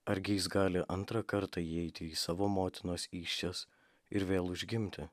argi jis gali antrą kartą įeiti į savo motinos įsčias ir vėl užgimti